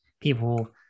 people